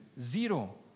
Zero